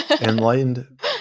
Enlightened